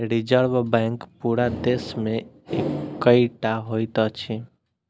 reserve bank पूरा देश मे एकै टा होइत अछि